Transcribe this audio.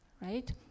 Right